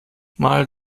mal